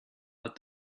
but